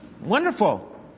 wonderful